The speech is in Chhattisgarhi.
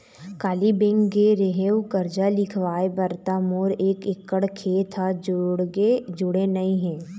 काली बेंक गे रेहेव करजा लिखवाय बर त मोर एक एकड़ खेत ह जुड़े नइ हे